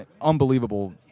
unbelievable